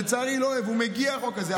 לצערי הוא מגיע, החוק הזה.